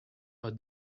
are